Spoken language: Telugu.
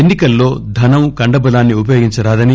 ఎన్సి కల్లో ధనం కండబలాన్ని ఉపయోగించరాదని